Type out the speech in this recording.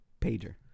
Pager